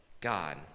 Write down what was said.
God